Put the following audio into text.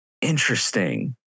Interesting